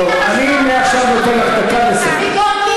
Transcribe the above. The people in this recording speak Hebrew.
טוב, אני מעכשיו נותן לך דקה לסיים.